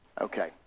Okay